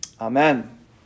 Amen